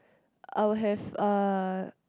I will have